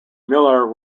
miller